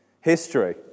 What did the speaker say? history